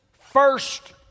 first